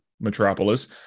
Metropolis